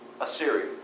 Assyria